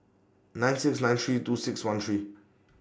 nine six nine three two six one three